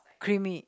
creamy